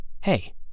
Hey